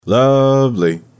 lovely